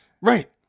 Right